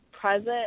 present